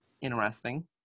interesting